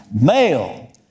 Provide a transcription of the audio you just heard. male